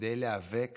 כדי להיאבק